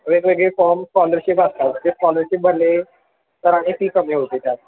वेगवेगळे form scholarship असतात ते स्कॉलरशिप भरले तर आणि फी कमी होतील त्यात